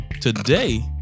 today